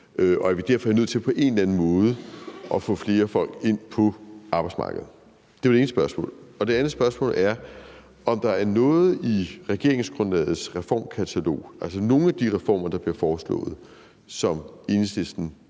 og at vi derfor er nødt til på en eller anden måde at få flere folk ind på arbejdsmarkedet? Det var det ene spørgsmål. Og det andet spørgsmål er, om der er noget i regeringsgrundlagets reformkatalog, altså nogle af de reformer, der bliver foreslået, som Enhedslisten